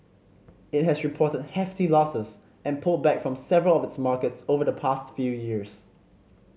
it has reported hefty losses and pulled back from several of its markets over the past few years